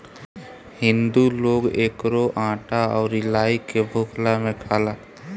हिंदू लोग एकरो आटा अउरी लाई के भुखला में खाला